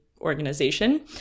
organization